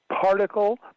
particle